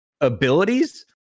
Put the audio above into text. abilities